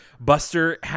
buster